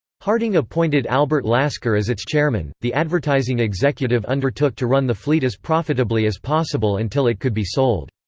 harding appointed albert lasker as its chairman the advertising executive undertook to run the fleet as profitably as possible until it could be sold.